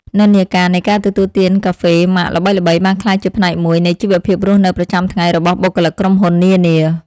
និន្នាការនៃការទទួលទានកាហ្វេម៉ាកល្បីៗបានក្លាយជាផ្នែកមួយនៃជីវភាពរស់នៅប្រចាំថ្ងៃរបស់បុគ្គលិកក្រុមហ៊ុននានា។